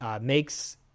makes